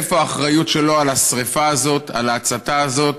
איפה האחריות שלו לשרפה הזאת, להצתה הזאת,